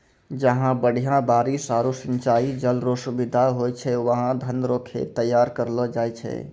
जहां बढ़िया बारिश आरू सिंचाई जल रो सुविधा होय छै वहां धान रो खेत तैयार करलो जाय छै